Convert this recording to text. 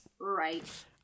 Right